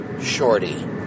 Shorty